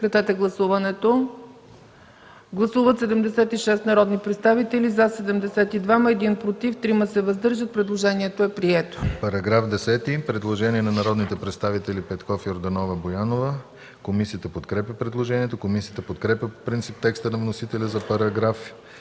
По § 15 има предложение от народните представители Петков, Йорданова и Боянова. Комисията подкрепя предложението. Комисията подкрепя по принцип текста на вносителя за §